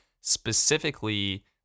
specifically